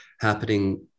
happening